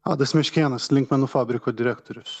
adas meškėnas linkmenų fabriko direktorius